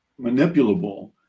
manipulable